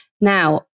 Now